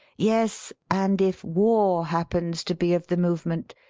yes, and if war happens to be of the movement,